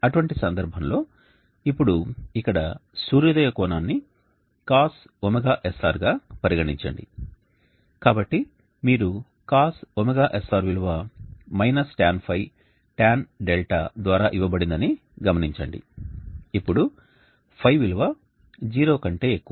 అటువంటి సందర్భంలో ఇప్పుడు ఇక్కడ సూర్యోదయ కోణాన్ని cos ωsr గా పరిగణించండి కాబట్టి మీరు cos ωsr విలువ tanϕ tanδ ద్వారా ఇవ్వబడిందని గమనించండి ఇప్పుడు ϕ విలువ 0 కంటే ఎక్కువ